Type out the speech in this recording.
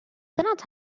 cannot